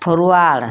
forward